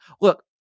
look